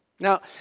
Now